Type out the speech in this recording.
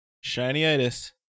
Shiny-itis